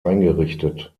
eingerichtet